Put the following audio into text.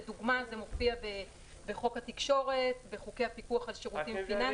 לדוגמה זה מופיע בחוק התקשורת ובחוקי הפיקוח על שירותים פיננסיים.